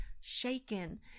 shaken